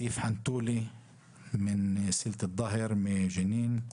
סיף חנתולי מכסילת אל דאהר מג'נין.